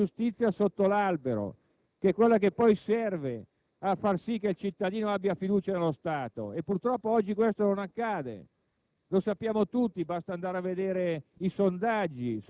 dei nostri Padri costituzionalisti sul tema: la famosa giustizia sotto l'albero, che è quella che poi serve a far sì che il cittadino abbia fiducia nello Stato e che purtroppo oggi non c'è,